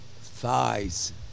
thighs